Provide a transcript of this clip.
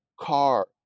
car